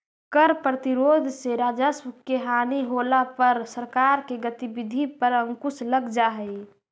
कर प्रतिरोध से राजस्व के हानि होला पर सरकार के गतिविधि पर अंकुश लग जा हई